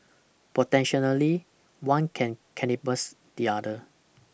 Personality one can cannibalise the other